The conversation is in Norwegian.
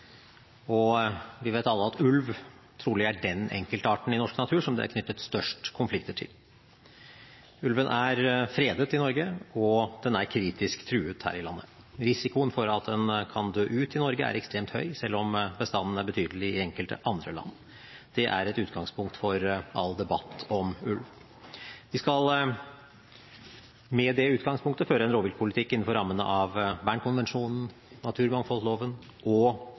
Og vi vet alle at ulv trolig er den enkeltarten i norsk natur det er knyttet størst konflikter til. Ulven er fredet i Norge, og den er kritisk truet her i landet. Risikoen for at den kan dø ut i Norge, er ekstremt høy, selv om bestanden er betydelig i enkelte andre land. Det er et utgangspunkt for all debatt om ulv. Vi skal med det utgangspunktet føre en rovviltpolitikk innenfor rammene av Bern-konvensjonen, naturmangfoldloven og rovviltforlikene av 2004 og